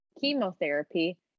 chemotherapy